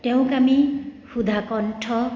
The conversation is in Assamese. তেওঁক আমি সুধাকণ্ঠ